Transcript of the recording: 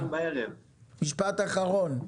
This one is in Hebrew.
משפט אחרון.